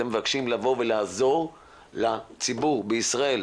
אתם מבקשים לבוא ולעזור לציבור בישראל,